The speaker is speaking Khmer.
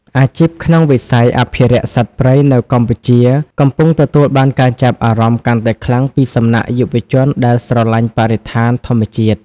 អាជីពក្នុងវិស័យអភិរក្សសត្វព្រៃនៅកម្ពុជាកំពុងទទួលបានការចាប់អារម្មណ៍កាន់តែខ្លាំងពីសំណាក់យុវជនដែលស្រឡាញ់បរិស្ថានធម្មជាតិ។